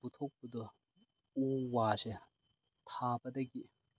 ꯄꯨꯊꯣꯛꯄꯗꯣ ꯎ ꯋꯥꯁꯦ ꯊꯥꯕꯗꯒꯤ